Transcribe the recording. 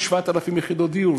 7,000 יחידות דיור.